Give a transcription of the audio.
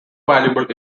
valuable